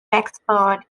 wexford